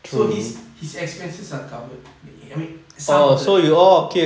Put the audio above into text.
so his his expenses are covered I mean some of that